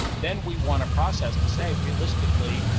then we want a process to say, realistically,